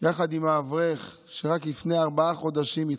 יחד עם האברך, שרק לפני ארבעה חודשים התחתן,